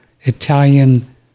Italian